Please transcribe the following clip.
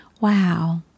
Wow